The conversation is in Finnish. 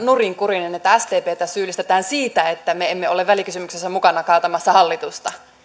nurinkurinen että sdptä syyllistetään siitä että me emme ole välikysymyksessä mukana kaatamassa hallitusta